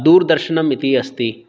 दूरदर्शनं इति अस्ति